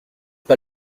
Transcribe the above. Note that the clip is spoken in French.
pas